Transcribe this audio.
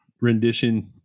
rendition